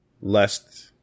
lest